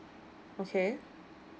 okay